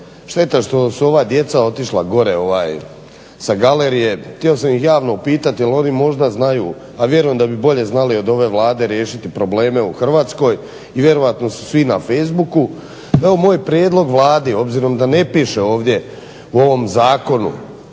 šteta što su ova djeca otišla gore sa galerije. Htio sam ih javno upitati jel oni možda znaju, a vjerujem da bi bolje znali od ove Vlade riješiti probleme u Hrvatskoj i vjerojatno su svi na facebooku. Evo moj prijedlog Vladi obzirom da ne piše ovdje u ovom zakonu